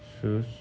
shoes